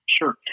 Sure